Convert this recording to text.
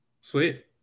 Sweet